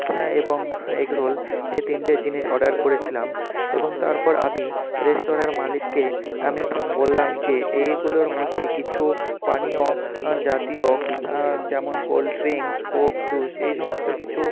হ্যাঁ এবং egg roll এই তিনটে জিনিস অর্ডার করেছিলাম এবং তারপর আমি রেস্তোরাঁর মালিককে আমি বললাম যে এইগুলোর মধ্যে কিছু পানীয় জাতীয় যেমন কোল্ড ড্রিংস কোক জুস এই সমস্ত কিছু